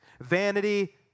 Vanity